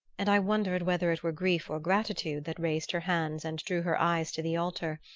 and i wondered whether it were grief or gratitude that raised her hands and drew her eyes to the altar,